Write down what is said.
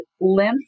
lymph